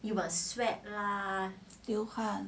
流汗